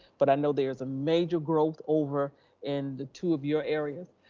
but i know there's a major growth over in the two of your areas,